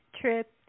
trip